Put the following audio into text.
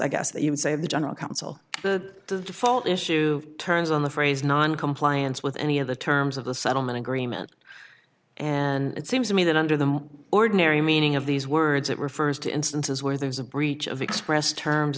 i guess you could say of the general counsel the fall issue turns on the phrase noncompliance with any of the terms of the settlement agreement and it seems to me that under the ordinary meaning of these words it refers to instances where there was a breach of expressed terms